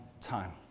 time